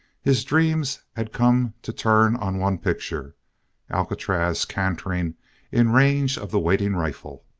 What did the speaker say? his dreams had come to turn on one picture alcatraz cantering in range of the waiting rifle!